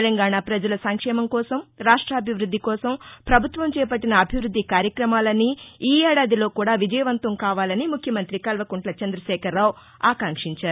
తెలంగాణా ప్రజల సంక్షేమంకోసం రాష్ట్రాభివృద్ది కోసం ప్రభుత్వం చేపట్టిన అభివృద్ది కార్యకమాలన్నీ ఈఏడాదిలో కూడా విజయవంతం కావాలని ముఖ్యమంత్రి కల్వకుట్ల చంద్రశేఖరరావు ఆకాంక్షించారు